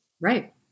Right